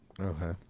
okay